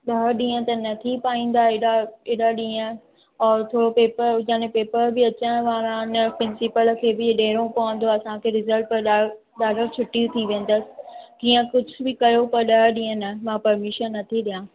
ॾह ॾींहं त न थी पाईंदा हेॾा हेॾा ॾींहं और थोरो पेपर हुजनि पेपर बि अचण वारा आहिनि प्रिंसीपल खे बि हे ॾियणो पवंदो आहे असांखे रिज़ल्ट पर ॾाढो छुट्टी थी वेंदव कीअं कुझु बि कयो पर ॾह ॾींहं न मां परमिशन नथी ॾियां